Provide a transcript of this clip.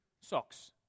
socks